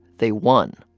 they won.